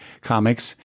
Comics